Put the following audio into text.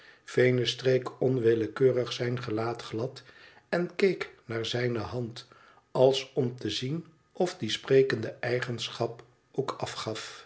venus streek onwillekeurig zijn gelaat glad en keek naar zijne hand als om te zien of die sprekende eigenschap ook afgaf